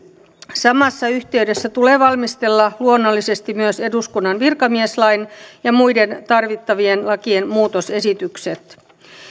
samassa yhteydessä tulee valmistella luonnollisesti myös eduskunnan virkamieslain ja muiden tarvittavien lakien muutosesitykset